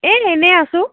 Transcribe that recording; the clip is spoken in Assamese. এই এনেই আছো